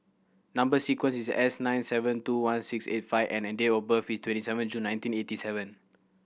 number sequence is S nine seven two one six eight five N and date of birth is twenty seven June nineteen eighty seven